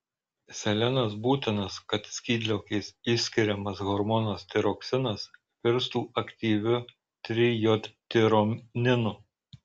selenas būtinas kad skydliaukės išskiriamas hormonas tiroksinas virstų aktyviu trijodtironinu